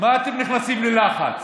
מה אתם נכנסים ללחץ?